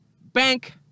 bank